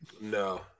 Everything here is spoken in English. No